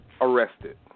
Arrested